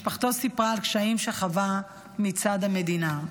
אך משפחתו סיפרה על קשיים שחווה מצד המדינה.